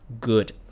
good